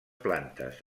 plantes